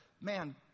Man